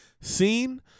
seen